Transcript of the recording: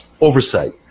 oversight